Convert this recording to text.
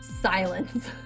silence